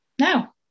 no